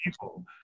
people